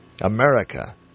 America